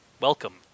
welcome